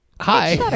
Hi